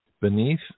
beneath